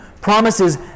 promises